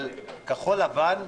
אבל כחול לבן,